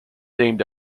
named